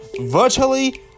virtually